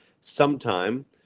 sometime